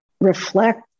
reflect